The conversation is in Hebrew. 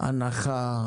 הנחה,